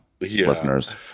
listeners